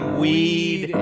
weed